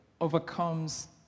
overcomes